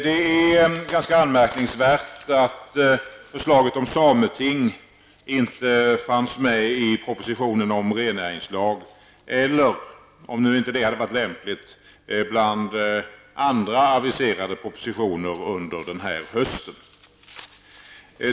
Det är ganska anmärkningsvärt att förslaget om sameting inte fanns med i propositionen om rennäringslag eller -- om nu inte det hade varit lämpligt -- bland andra aviserade propositioner under den här hösten.